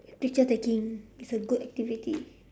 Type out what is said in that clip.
picture taking is a good activity